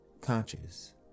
conscious